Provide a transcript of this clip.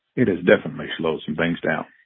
it has definitely slowed some things down.